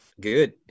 good